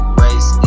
race